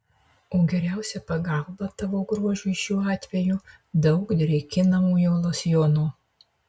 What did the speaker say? o geriausia pagalba tavo grožiui šiuo atveju daug drėkinamojo losjono